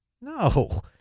No